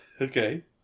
Okay